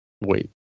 wait